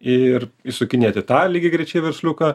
ir išsukinėti tą lygiagrečiai versliuką